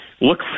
look